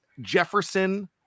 Jefferson